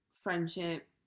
friendship